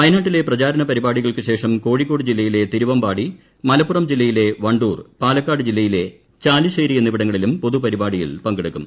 വയനാട്ടിട്ട് പ്ര്യചാരണ പരിപാടികൾക്കുശേഷം കോഴിക്കോട് ജില്ലയിലെ തിരുവമ്പാടി മലപ്പുറം ജില്ലയിലെ വണ്ടൂർ പാലക്കാട് ജില്ലയിലെ ചാലുശ്ശേരി എന്നിവിടങ്ങളിലും പൊതുപരിപാടിയിൽ പങ്കെടുക്കും